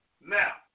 now